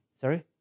Sorry